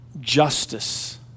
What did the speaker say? justice